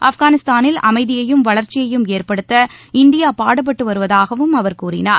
ஆப்கானிஸ்தானில் அமைதியையும் வளர்ச்சியையும் ஏற்படுத்த இந்தியா பாடுபட்டு வருவதாகவும் அவர் கூறினார்